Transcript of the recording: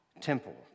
temple